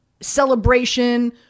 celebration